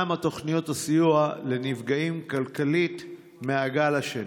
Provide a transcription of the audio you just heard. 3. מהן תוכניות הסיוע לנפגעים כלכלית מהגל השני?